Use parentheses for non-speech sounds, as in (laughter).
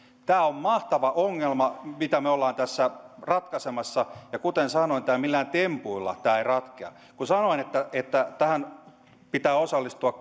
tämä on mahtava ongelma mitä me olemme tässä ratkaisemassa ja kuten sanoin tämä ei millään tempuilla ratkea kun sanoin että että tähän pitää osallistua (unintelligible)